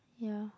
ya